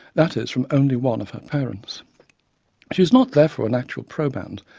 that is from only one of her parents she was not therefore an actual proband,